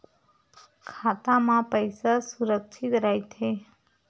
खाता मा पईसा सुरक्षित राइथे?